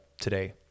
today